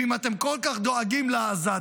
ואם אתם כל כך דואגים לעזתים,